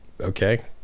okay